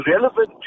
relevant